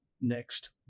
next